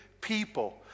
people